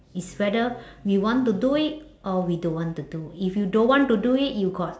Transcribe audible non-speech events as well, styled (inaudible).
it's whether (breath) we want to do it or we don't want to do if you don't want to do it you got